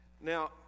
now